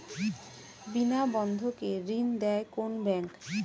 বিনা বন্ধকে ঋণ দেয় কোন ব্যাংক?